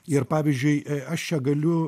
ir pavyzdžiui ė aš čia galiu